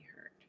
hurt